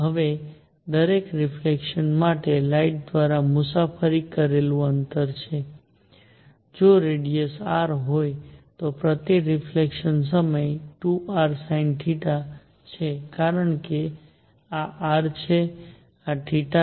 હવે દરેક રિફલેક્સન માટે લાઇટ દ્વારા મુસાફરી કરેલું અંતર છે જો રેડીયસ r હોય તો પ્રતિ રિફલેક્સન સમય 2rsinθ છે કારણ કે આ r છે આ છે